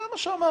זה מה שאמרתי.